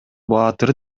баатыр